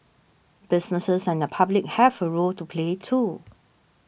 businesses and the public have a role to play too